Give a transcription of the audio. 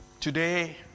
Today